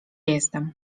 jestem